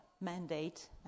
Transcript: mandate